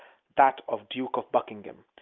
that of duke of buckingham.